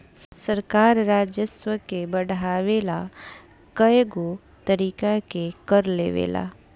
सरकार राजस्व के बढ़ावे ला कएगो तरीका के कर लेवेला